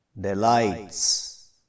Delights